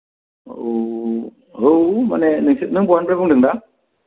औ माने नोंसोर नों बहानिफ्राय बुंदों दा